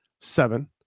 seven